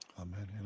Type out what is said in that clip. Amen